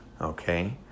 Okay